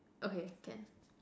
okay can